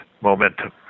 momentum